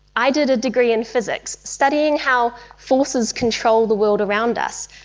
i did a degree in physics, studying how forces control the world around us,